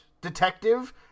Detective